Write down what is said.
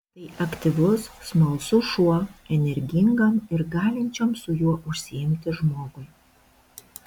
tai aktyvus smalsus šuo energingam ir galinčiam su juo užsiimti žmogui